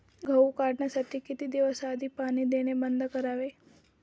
गहू काढण्याआधी किती दिवस पाणी देणे बंद करावे?